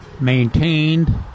maintained